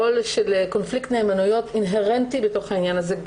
עול של קונפליקט נאמנויות אינהרנטי בתוך העניין הזה,